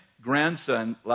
grandson